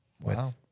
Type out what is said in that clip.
Wow